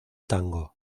tango